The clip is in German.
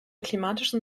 klimatischen